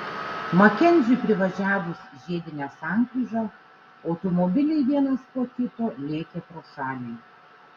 makenziui privažiavus žiedinę sankryžą automobiliai vienas po kito lėkė pro šalį